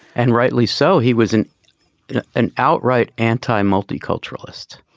and rightly so he was in an outright anti multiculturalist.